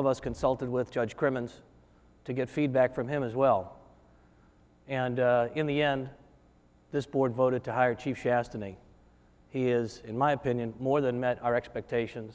of us consulted with judge crimmins to get feedback from him as well and in the end this board voted to hire chief shasta me he is in my opinion more than met our expectations